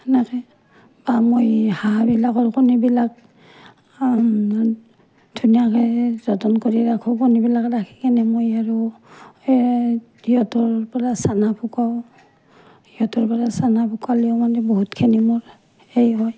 সেনেকৈ বা মই হাঁহবিলাকৰ কণীবিলাক ধুনীয়াকৈ যতন কৰি ৰাখোঁ কণীবিলাক ৰাখি কিনে মই আৰু সিহঁতৰ পৰা সিহঁতৰ পৰা মানে মোৰ বহুতখিনি হেৰি হয়